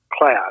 class